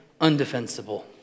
undefensible